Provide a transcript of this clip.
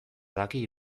daki